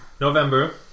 November